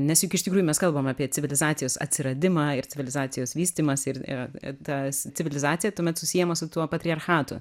nes juk iš tikrųjų mes kalbam apie civilizacijos atsiradimą ir civilizacijos vystymąsi ir ir ta civilizacija tuomet susiejama su tuo patriarchatu